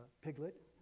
piglet